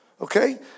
Okay